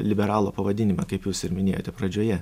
liberalo pavadinimą kaip jūs ir minėjote pradžioje